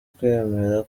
kwemera